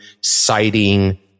citing